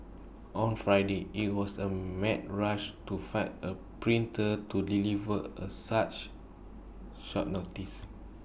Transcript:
on Friday IT was A mad rush to find A printer to deliver A such short notice